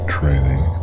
Training